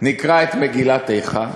נקרא את מגילת איכה,